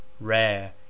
Rare